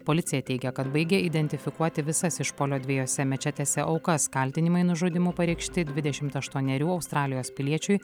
policija teigia kad baigia identifikuoti visas išpuolio dviejose mečetėse aukas kaltinimai nužudymu pareikšti dvidešimt aštuonerių australijos piliečiui